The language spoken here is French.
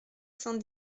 cent